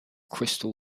crystal